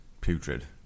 putrid